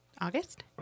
August